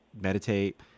meditate